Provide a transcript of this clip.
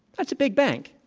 that's a big bank.